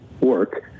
work